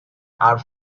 are